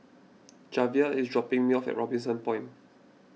Javier is dropping me off at Robinson Point